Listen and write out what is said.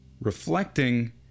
reflecting